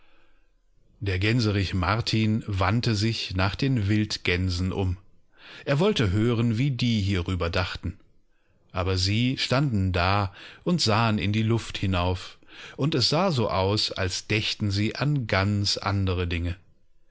der weiße gänserich bist du auch sicher daßeseinadlerwar nieinmeinemlebenhabeicheinenadlergesehen antwortetederjunge abererwarsogroß daßichihmkeinengeringerennamengebenkann dergänserichmartinwandtesichnachdenwildgänsenum erwolltehören wie die hierüber dachten aber sie standen da und sahen in die luft hinauf und es sah so aus als dächten sie an ganz andere dinge